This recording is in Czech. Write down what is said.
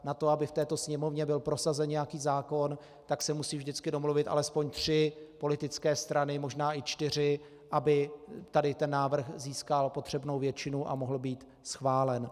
Na to, aby v této Sněmovně byl prosazen nějaký zákon, se musí vždycky domluvit alespoň tři politické strany, možná i čtyři, aby tady ten návrh získal potřebnou většinu a mohl být schválen.